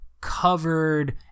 covered